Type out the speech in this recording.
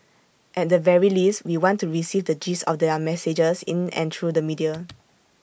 at the very least we want to receive the gist of their messages in and through the media